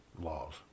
laws